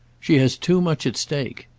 she has too much at stake.